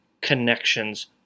connections